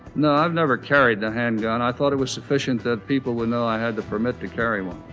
no, i've never carried the handgun, i thought it was sufficient that people would know i had the permit to carry one